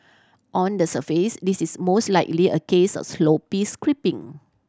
on the surface this is most likely a case of sloppy scripting